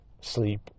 sleep